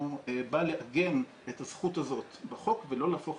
הוא בא לעגן את הזכות הזאת בחוק ולא להפוך